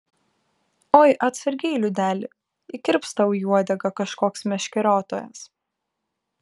oi atsargiai liudeli įkirps tau į uodegą koks meškeriotojas